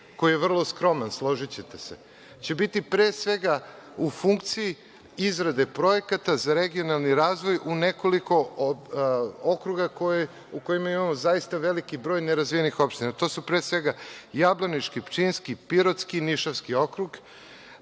koji je vrlo skroman, složićete se, će biti pre svega u funkciji izrade projekata za regionalni razvoj u nekoliko okruga u kojima imamo zaista veliki broj nerazvijenih opština. To su pre svega Jablanički, Pčinski, Pirotski i Nišavski okrug,